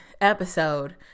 episode